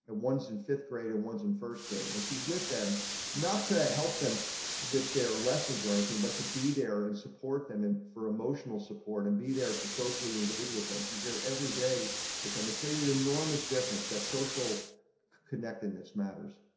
ah once in fifth grade ones in first grade and she's with them not to help them with their lessons or anything but to be there and support them in for emotional support and be there to socially engage with them she's there every day with demonstrated enormous difference that social connecting this matters.